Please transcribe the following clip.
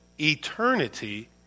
eternity